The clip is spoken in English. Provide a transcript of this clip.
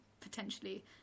potentially